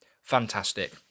Fantastic